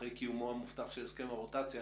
אחרי קיומו המובטח של הסכם הרוטציה